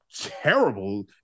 terrible